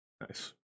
Nice